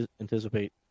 anticipate